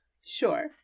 Sure